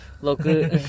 Local